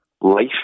life